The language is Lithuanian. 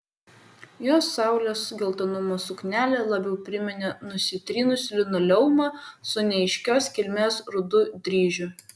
jos saulės geltonumo suknelė labiau priminė nusitrynusį linoleumą su neaiškios kilmės rudu dryžiu